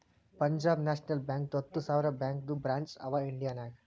Punjab national ಬ್ಯಾಂಕ್ದು ಹತ್ತ ಸಾವಿರ ಬ್ಯಾಂಕದು ಬ್ರ್ಯಾಂಚ್ ಅವಾ ಇಂಡಿಯಾ ನಾಗ್